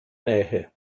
nähe